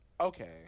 Okay